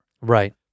Right